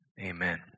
Amen